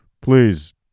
Please